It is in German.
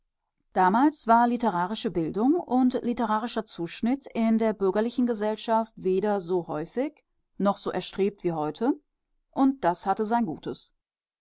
damals war literarische bildung und literarischer zuschnitt in der bürgerlichen gesellschaft weder so häufig noch so erstrebt wie heute und das hatte sein gutes